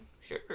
sure